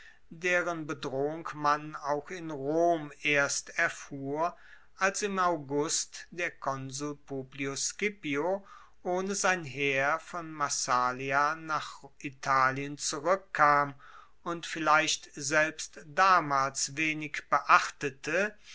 deren bedrohung man auch in rom erst erfuhr als im august der konsul publius scipio ohne sein heer von massalia nach italien zurueckkam und vielleicht selbst damals wenig beachtete